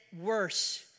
worse